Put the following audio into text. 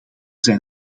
zijn